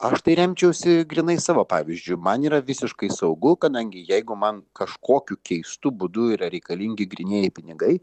aš tai remčiausi grynai savo pavyzdžiu man yra visiškai saugu kadangi jeigu man kažkokiu keistu būdu yra reikalingi grynieji pinigai